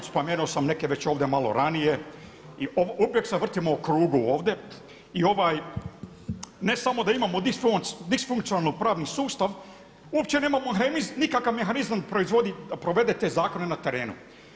Spomenuo sam neke već ovdje malo ranije i uvijek se vrtimo u krugu ovdje i ne samo da imamo diskfunkcionalni pravni sustav, uopće nemamo nikakav mehanizam da provede te zakone na terenu.